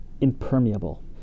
impermeable